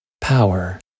power